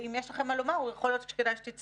ואם יש לכם מה לומר, יכול להיות שכדאי שתצטרפו.